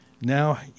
now